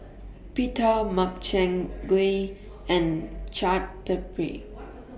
Pita Makchang Gui and Chaat Papri